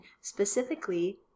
specifically